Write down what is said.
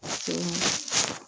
तो